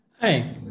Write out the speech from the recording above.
Hi